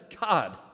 God